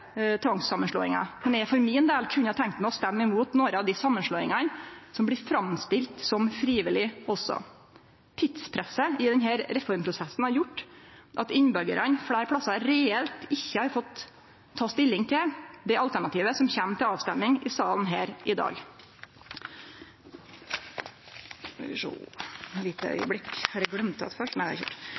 tvangssamanslåingar, men eg for min del kunne tenkt meg å stemme imot nokre av dei samanslåingane som blir framstilte som frivillige også. Tidspresset i denne reformprosessen har gjort at innbyggjarane fleire stader reelt sett ikkje har fått ta stilling til det alternativet som kjem til avstemming i salen her i dag. Uansett kva ordførarar og kommunestyre har